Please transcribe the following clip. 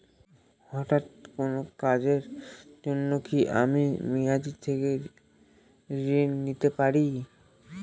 হঠাৎ কোন কাজের জন্য কি আমি মেয়াদী থেকে ঋণ নিতে পারি?